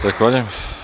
Zahvaljujem.